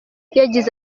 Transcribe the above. yagize